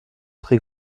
très